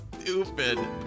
stupid